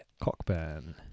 Cockburn